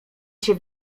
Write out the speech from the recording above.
się